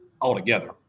altogether